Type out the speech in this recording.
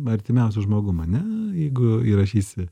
artimiausiu žmogum ane jeigu įrašysi